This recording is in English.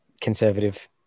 conservative